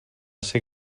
ser